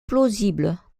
plausible